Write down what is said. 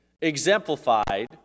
exemplified